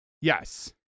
yes